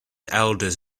elders